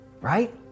right